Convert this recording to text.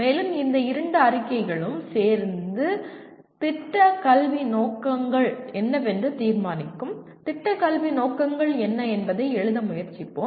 மேலும் இந்த இரண்டு அறிக்கைகளும் சேர்ந்து திட்ட கல்வி நோக்கங்கள் என்னவென்று தீர்மானிக்கும் திட்ட கல்வி நோக்கங்கள் என்ன என்பதை எழுத முயற்சிப்போம்